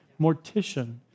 mortician